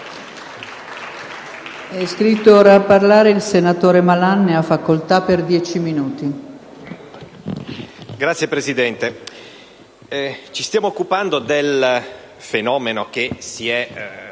Signor Presidente, ci stiamo occupando del fenomeno che si è